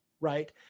right